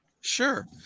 sure